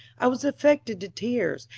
i was affected to tears,